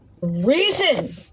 Reason